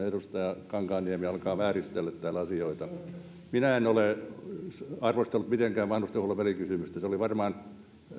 edustaja kankaanniemi alkaa vääristellä täällä asioita minä en ole arvostellut mitenkään vanhustenhuollon välikysymystä se oli varmaan